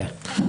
כן.